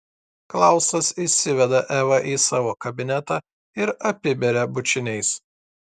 klausas įsiveda evą į savo kabinetą ir apiberia bučiniais